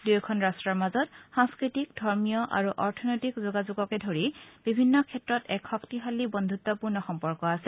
দুয়োখন ৰাষ্টৰ মাজত সাংস্থতিক ধৰ্মীয় আৰু অৰ্থনৈতিক যোগাযোগকে ধৰি বিভিন্ন ক্ষেত্ৰত এক শক্তিশালী বন্ধুত্পূৰ্ণ সম্পৰ্ক আছে